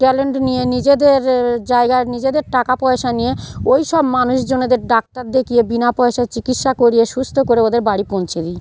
talent নিয়ে নিজেদের জায়গায় নিজেদের টাকা পয়সা নিয়ে ওই সব মানুষজনেদের ডাক্তার দেখিয়ে বিনা পয়সায় চিকিৎসা করিয়ে সুস্থ করে ওদের বাড়ি পৌঁছে দিই